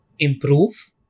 improve